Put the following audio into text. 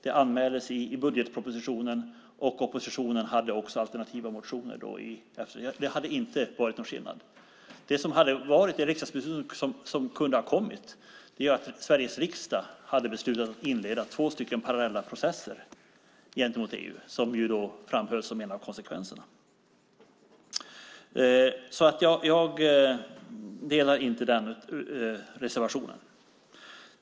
Det anmäldes i budgetpropositionen, och oppositionen hade också alternativa motioner. Det hade inte varit någon skillnad. Det riksdagsbeslut som kunde ha kommit hade varit är att Sveriges riksdag hade beslutat att inleda två parallella processer gentemot EU. Det framfördes som en av konsekvenserna. Jag delar inte den reservationen.